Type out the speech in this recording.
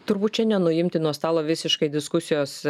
turbūt šiandien nuimti nuo stalo visiškai diskusijos